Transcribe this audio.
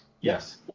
Yes